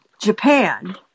Japan